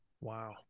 Wow